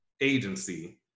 agency